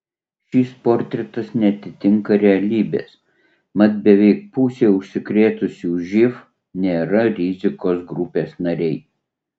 šis portretas neatitinka realybės mat beveik pusė užsikrėtusiųjų živ nėra rizikos grupės nariai